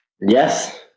Yes